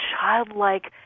childlike